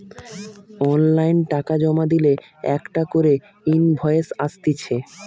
online টাকা জমা দিলে একটা করে ইনভয়েস আসতিছে